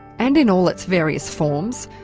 and in all its various forms,